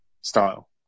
style